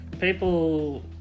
people